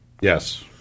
Yes